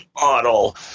model